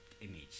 image